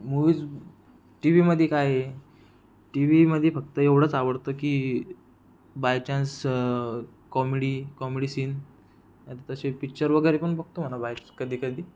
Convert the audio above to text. movies टीवीमध्ये काय टीवीमध्ये फक्त एवढंच आवडतं की by chance comedy comedy scene तसे पिक्चर वगैरे पण बघतो म्हणा वाईच कधीकधी